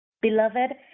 Beloved